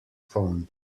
phone